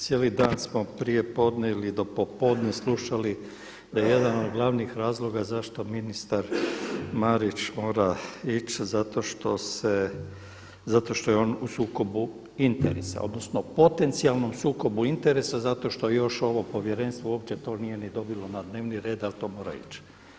Cijeli dan smo prije podne ili do popodne slušali da je jedan od glavnih razloga zašto ministar Marić mora ići zašto što se, zato što je on u sukobu interesa. odnosno potencijalnom sukobu interesa zato što još ovo povjerenstvo uopće to nije ni dobilo na dnevni red da li to mora ići.